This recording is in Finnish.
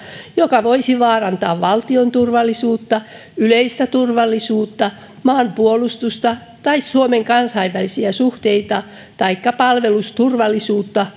joka voisi vaarantaa valtion turvallisuutta yleistä turvallisuutta maanpuolustusta tai suomen kansainvälisiä suhteita taikka palvelusturvallisuutta